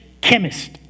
chemist